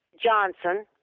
Johnson